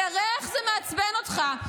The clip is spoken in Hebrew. תראה איך זה מעצבן אותך.